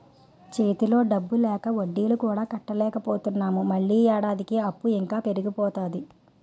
చేతిలో డబ్బు లేక వడ్డీలు కూడా కట్టలేకపోతున్నాము మళ్ళీ ఏడాదికి అప్పు ఇంకా పెరిగిపోతాది